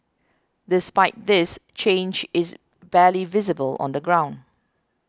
despite this change is barely visible on the ground